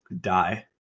die